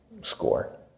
score